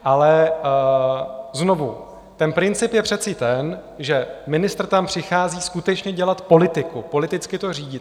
Ale znovu, princip je přece ten, že ministr tam přichází skutečně dělat politiku, politicky to řídit.